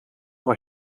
voor